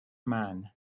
man